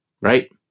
right